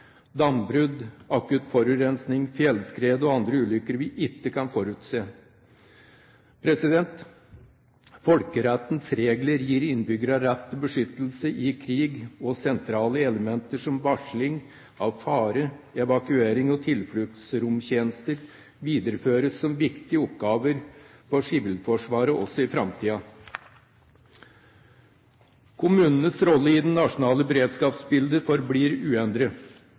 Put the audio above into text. dambrudd, akutt forurensning, fjellskred og andre ulykker vi ikke kan forutse. Folkerettens regler gir innbyggerne rett til beskyttelse i krig, og sentrale elementer som varsling av fare, evakuering og tilfluktsromstjenester videreføres som viktige oppgaver for Sivilforsvaret også i framtiden. Kommunenes rolle i det nasjonale beredskapsbildet forblir uendret.